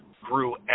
Grew